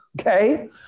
okay